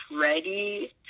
ready